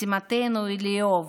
משימתנו היא לאהוב,